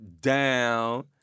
down